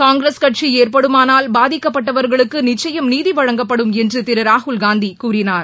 காங்கிரஸ் ஆட்சி ஏற்படுமானால் பாதிக்கப்பட்டவர்களுக்கு நிச்சயம் நீதி வழங்கப்படும் என்று திரு ராகுல்காந்தி கூறினார்